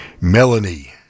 Melanie